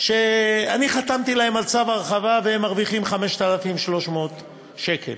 שאני חתמתי להם על צו הרחבה והם מרוויחים 5,300 שקל,